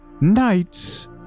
Knights